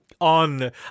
on